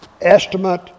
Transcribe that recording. Estimate